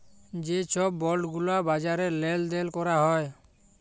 যে ছব বল্ড গুলা বাজারে লেল দেল ক্যরা হ্যয়